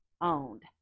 owned